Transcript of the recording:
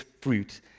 fruit